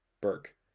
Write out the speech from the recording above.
Burke